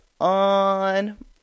on